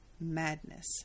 Madness